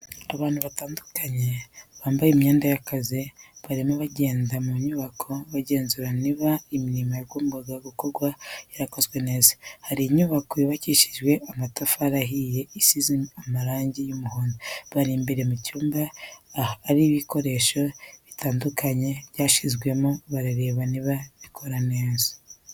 Abantu batandukanye bambaye imyenda y'akazi barimo kugenda mu nyubako bagenzura niba imirimo yagombaga gukorwa yarakozwe neza, hari inyubako yubakishije amatafari ahiye isize amarangi y'umuhondo, bari imbere mu cyumba ahari ibikoresho bitandukanye byashyizwemo barareba niba bikora neza.